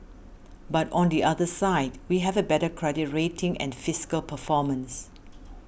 but on the other side we have a better credit rating and fiscal performance